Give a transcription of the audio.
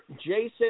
Jason